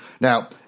Now